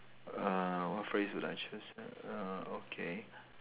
uh what phrase would I choose ah uh okay